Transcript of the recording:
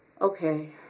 Okay